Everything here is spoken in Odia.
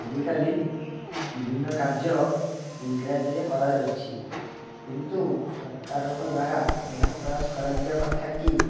ଆଜିକାଲି ବିଭିନ୍ନ କାର୍ଯ୍ୟ ଇଂରାଜୀରେ କରାଯାଉଛି କିନ୍ତୁ ସରକାରଙ୍କ ଦ୍ୱାରା ଏହା ପ୍ରୟାସ କରାଯିବା କଥା କି